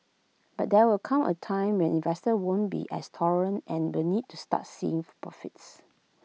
but there will come A time when investors won't be as tolerant and will need to start seeing if profits